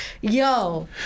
Yo